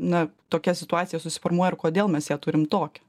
na tokia situacija susiformuoja ir kodėl mes ją turim tokią